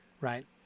right